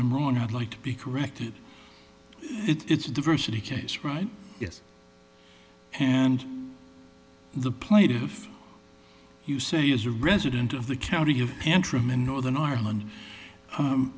i'm wrong i'd like to be corrected it's diversity case right yes and the plaintiff you say is a resident of the county of antrim in northern ireland